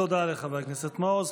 תודה לחבר הכנסת מעוז.